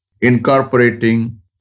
incorporating